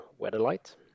Weatherlight